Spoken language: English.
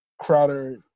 Crowder